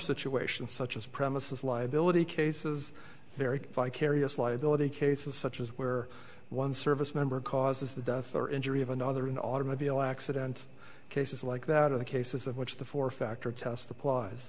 situations such as premises liability cases very vicarious liability cases such as where one service member causes the death or injury of another in automobile accident cases like that of the cases of which the four factor test the plies